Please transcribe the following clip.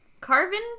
Carvin